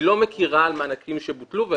היא לא מכירה מענקים שבוטלו.